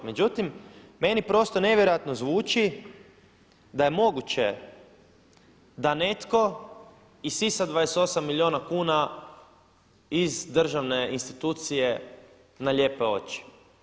Međutim, meni prosto nevjerojatno zvuči da je moguće da netko isisa 28 milijuna kuna iz državne institucije na lijepe oči.